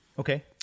okay